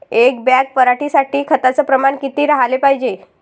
एक बॅग पराटी साठी खताचं प्रमान किती राहाले पायजे?